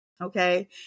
okay